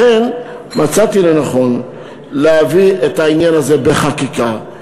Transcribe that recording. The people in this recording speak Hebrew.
לכן מצאתי לנכון להביא את העניין הזה בחקיקה.